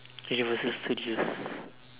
ya so so use